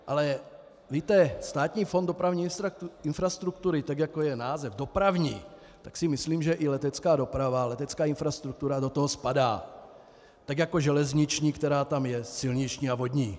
Ale víte, Státní fond dopravní infrastruktury, tak jako je název dopravní, tak si myslím, že i letecká doprava, letecká infrastruktura do toho spadá, tak jako železniční, která tam je, silniční a vodní.